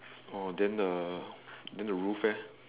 oh then the then the roof eh